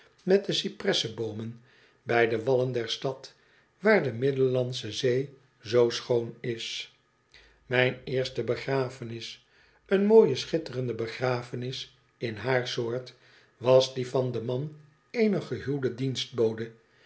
met de cipresseboomen bij de wallen der stad waar de middellandsche zee zoo schoon is mijn eerste begrafenis een mooie schitterende begrafenis in haar soort was die van den man eener